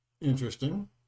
Interesting